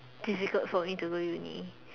difficult for me to go uni